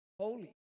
holy